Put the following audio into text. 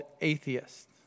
atheists